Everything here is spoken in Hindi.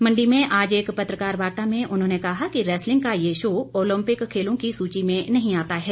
मण्डी में आज एक पत्रकार वार्ता में उन्होंने कहा कि रैसलिंग का ये शो ओलंपिक खेलों की सूची में नहीं आता है